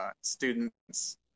students